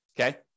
okay